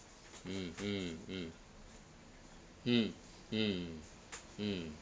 mm mm mm hmm mm mm